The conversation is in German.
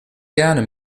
gerne